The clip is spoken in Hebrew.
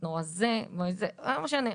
את נורא זה' לא משנה,